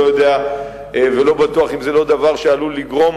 יודע ולא בטוח אם זה לא דבר שעלול לגרום